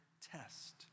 test